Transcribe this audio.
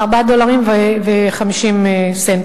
4 דולרים ו-50 סנט,